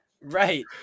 right